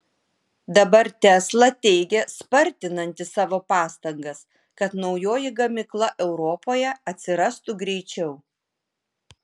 dabar tesla teigia spartinanti savo pastangas kad naujoji gamykla europoje atsirastų greičiau